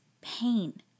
pain